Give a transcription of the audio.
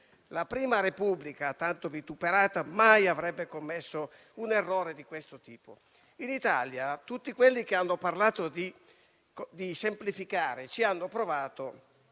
La prima Repubblica, tanto vituperata, mai avrebbe commesso un errore di questo tipo. In Italia, tutti quelli che hanno parlato di semplificare ci hanno provato,